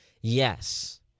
Yes